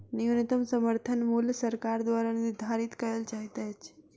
न्यूनतम समर्थन मूल्य सरकार द्वारा निधारित कयल जाइत अछि